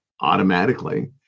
automatically